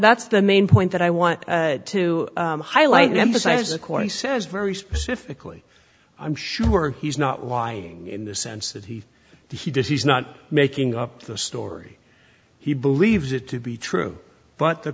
's the main point that i want to highlight emphasize according says very specifically i'm sure he's not lying in the sense that he he does he's not making up the story he believes it to be true but the